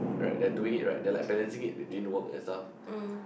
right they are doing it right they are like balancing it between work and stuff